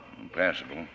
Impassable